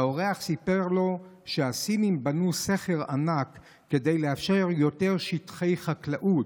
והאורח סיפר לו שהסינים בנו סכר ענק כדי לאפשר יותר שטחי חקלאות.